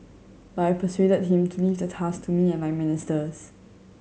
but I persuaded him to leave the task to me and my ministers